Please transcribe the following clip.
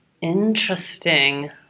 Interesting